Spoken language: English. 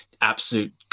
absolute